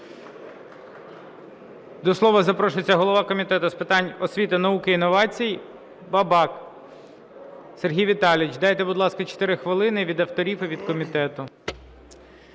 До слова запрошується голова Комітету з питань освіти, науки і інновацій Бабак Сергій Віталійович. Дайте, будь ласка, 4 хвилини – від авторів і від комітету.